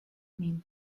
mean